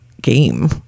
game